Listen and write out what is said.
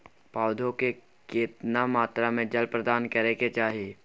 पौधों में केतना मात्रा में जल प्रदान करै के चाही?